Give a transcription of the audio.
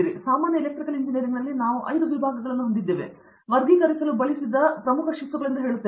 ಹಾಗಾಗಿ ಸಾಮಾನ್ಯ ಎಲೆಕ್ಟ್ರಿಕಲ್ ಇಂಜಿನಿಯರಿಂಗ್ನಲ್ಲಿ ನಾವು 5 ವಿಭಾಗಗಳನ್ನು ಹೊಂದಿದ್ದೇವೆ ನಾವು ವರ್ಗೀಕರಿಸಲು ಬಳಸಿದ ಪ್ರಮುಖ ಶಿಸ್ತುಗಳೆಂದು ಹೇಳುತ್ತೇನೆ